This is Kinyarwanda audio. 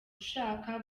ushaka